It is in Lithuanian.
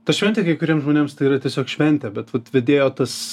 ta šventė kai kuriem žmonėms tai yra tiesiog šventė bet vat vedėjo tas